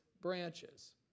branches